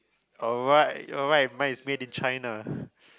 oh right oh right mine is made in China